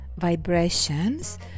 vibrations